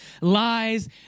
lies